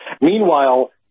Meanwhile